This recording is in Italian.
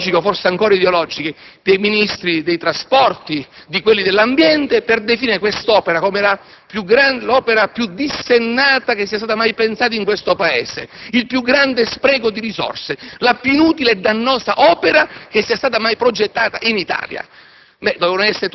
post-ideologiche o forse ancora ideologiche dei Ministri dei trasporti e dell'ambiente per definirla come l'opera più dissennata mai pensata in questo Paese, il più grande spreco di risorse, la più inutile e dannosa opera mai progettata in Italia.